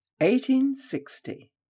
1860